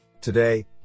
Today